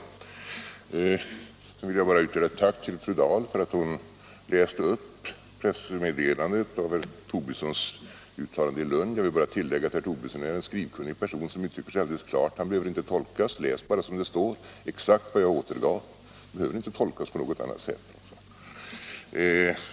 Sedan vill jag bara uttala ett tack till fru Dahl för att hon läste upp pressmeddelandet om herr Tobissons uttalande i Lund. Jag vill bara tilllägga att herr Tobisson är en skrivkunnig person som uttrycker sig alldeles klart. Han behöver inte tolkas. Läs bara som det står — det är exakt vad jag återgav. Det behöver inte tolkas på något annat sätt.